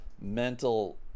mental